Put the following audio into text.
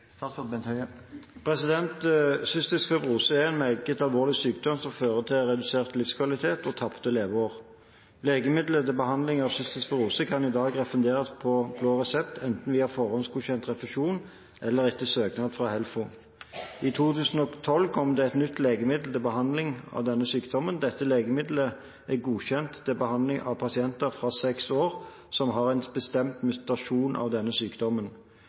en meget alvorlig sykdom som fører til redusert livskvalitet og tapte leveår. Legemidler til behandling av cystisk fibrose kan i dag refunderes på blå resept – enten via forhåndsgodkjent refusjon eller etter søknad til HELFO. I 2012 kom det et nytt legemiddel til behandling av denne sykdommen. Dette legemidlet er godkjent til behandling av pasienter fra seks år, som har en bestemt mutasjon av denne sykdommen.